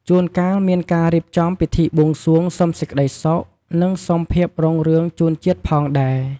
ជួនកាលមានការរៀបចំពិធីបួងសួងសុំសេចក្តីសុខ និងសុំភាពរុងរឿងជូនជាតិផងដែរ។